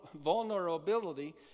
vulnerability